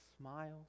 smile